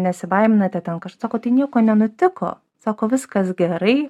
nesibaiminate ten sako tai nieko nenutiko sako viskas gerai